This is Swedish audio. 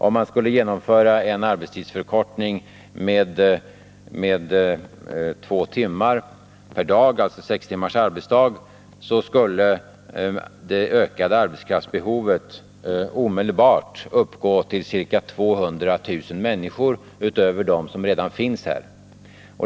Om man skulle genomföra en arbetstidsförkortning med två timmar per dag — alltså införa sex timmars arbetsdag — skulle det ökade arbetskraftsbehovet omedelbart uppgå till ca 200 000 personer utöver dem som redan finns här.